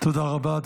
תודה רבה.